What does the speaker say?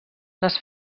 les